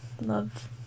Love